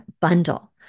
bundle